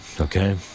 okay